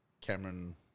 Cameron